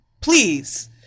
Please